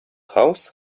house